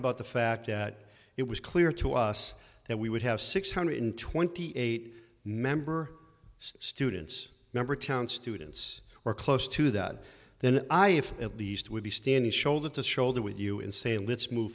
about the fact that it was clear to us that we would have six hundred twenty eight member students number ten students or close to that then i have at least would be standing shoulder to shoulder with you and say let's move